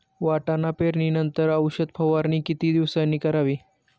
वाटाणा पेरणी नंतर औषध फवारणी किती दिवसांनी करावी?